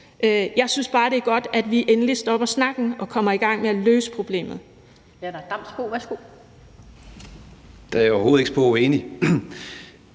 Jeg synes bare, det er godt, at vi endelig stopper snakken og kommer i gang med at løse problemet.